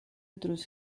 otros